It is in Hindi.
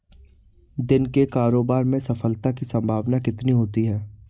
दिन के कारोबार में सफलता की संभावना कितनी होती है?